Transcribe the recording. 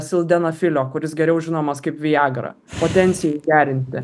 sildenafilio kuris geriau žinomas kaip viagra potencijai gerinti